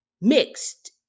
mixed